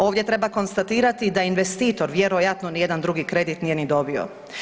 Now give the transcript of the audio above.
Ovdje treba konstatirati da investitor vjerojatno ni jedan drugi kredit nije ni dobio.